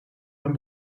mijn